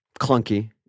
clunky